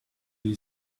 you